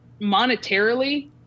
monetarily